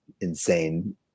insane